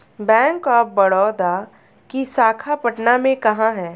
Bank of Baroda की शाखा पटना में कहाँ है?